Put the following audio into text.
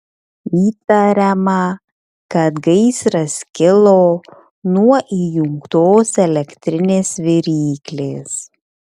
įtariama kad gaisras kilo nuo įjungtos elektrinės viryklės